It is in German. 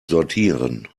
sortieren